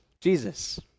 Jesus